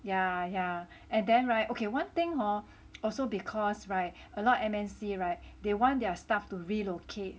yeah yeah and then [right] okay one thing hor also because [right] a lot M_N_C [right] they want their staff to relocate